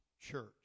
church